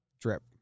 drip